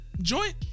Joint